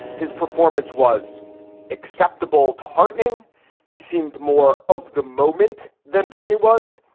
his performance was acceptable to heartening he seemed more of the moment than bernie was.